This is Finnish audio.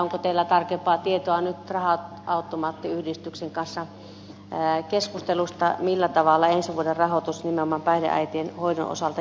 onko teillä tarkempaa tietoa nyt raha automaattiyhdistyksen kanssa keskustelusta millä tavalla ensi vuoden rahoitus nimenomaan päihdeäitien hoidon osalta järjestetään